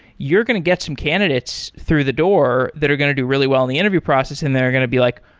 you're going to get some candidates through the door that are going to do really well in the interview process and they're going to be like,